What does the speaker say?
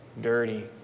dirty